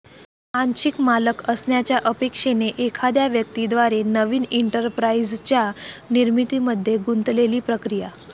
आंशिक मालक असण्याच्या अपेक्षेने एखाद्या व्यक्ती द्वारे नवीन एंटरप्राइझच्या निर्मितीमध्ये गुंतलेली प्रक्रिया